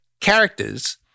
characters